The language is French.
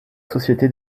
société